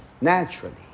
naturally